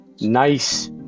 nice